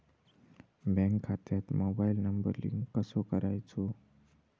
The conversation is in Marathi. बँक खात्यात मोबाईल नंबर लिंक कसो करायचो?